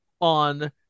on